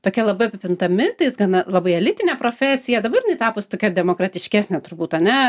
tokia labai apipinta mitais gana labai elitinė profesija dabar jinai tapus tokia demokratiškesnė turbūt ane